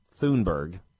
Thunberg